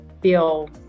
feel